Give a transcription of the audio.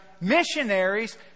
missionaries